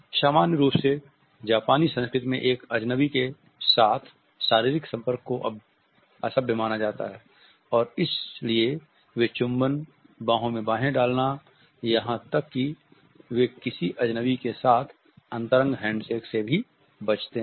सामान्य रूप में जापानी संस्कृति में एक अजनबी के साथ शारीरिक संपर्क को असभ्य माना जाता है और इसलिए वे चुंबन बाहों में बाहें डालना बियर हग्स यहाँ तक कि वे किसी अजनबी के साथ अंतरंग हैंडशेक से भी बचते है